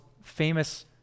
famous